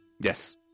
Yes